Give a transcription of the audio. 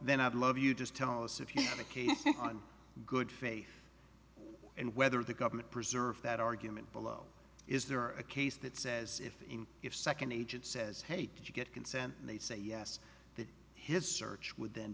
then i'd love you just tell us if you have a case on good faith and whether the government preserve that argument below is there a case that says if if second agent says hey did you get consent and they say yes that his search would then